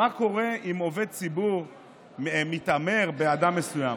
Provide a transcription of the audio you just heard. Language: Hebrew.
מה קורה אם עובד ציבור מתעמר באדם מסוים.